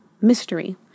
mystery